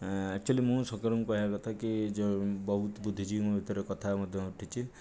actually ମୁଁ ସରକାରଙ୍କୁ କହିବା କଥା କି ଯେଉଁ ବହୁତ ବୁଦ୍ଧିଜୀବୀଙ୍କ ଭିତରେ କଥା ମଧ୍ୟ ଉଠିଛି